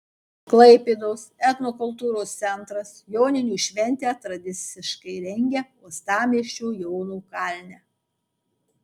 klaipėdos etnokultūros centras joninių šventę tradiciškai rengia uostamiesčio jono kalne